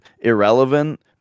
irrelevant